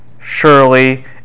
Surely